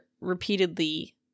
repeatedly